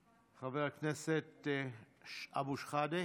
חבר הכנסת אבו שחאדה,